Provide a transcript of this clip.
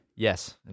Yes